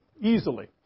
easily